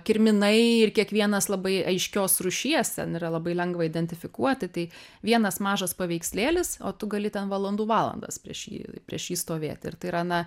kirminai ir kiekvienas labai aiškios rūšies ten yra labai lengva identifikuoti tai vienas mažas paveikslėlis o tu gali ten valandų valandas prieš jį prieš jį stovėti ir tai yra na